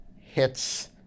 hits